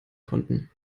konnten